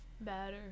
Better